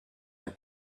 are